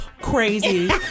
crazy